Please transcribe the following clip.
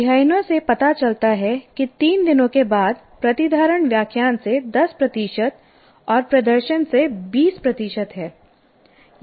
अध्ययनों से पता चलता है कि 3 दिनों के बाद प्रतिधारण व्याख्यान से 10 प्रतिशत और प्रदर्शन से 20 प्रतिशत है